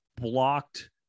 blocked